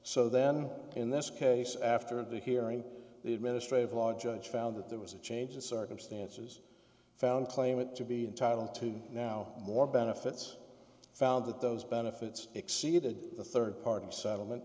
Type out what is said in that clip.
so then in this case after the hearing the administrative law judge found that there was a change in circumstances found claimant to be entitled to now more benefits found that those benefits exceeded the third part of settlement